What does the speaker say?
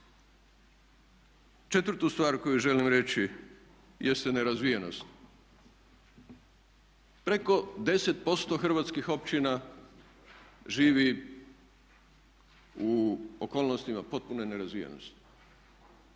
Četvrtu stvar koju želim reći jeste nerazvijenost. Preko 10% hrvatskih općina živi u okolnostima potpune nerazvijenosti,